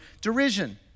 derision